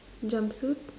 jump suit